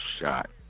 shot